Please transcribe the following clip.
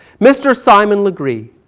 mister simon legree,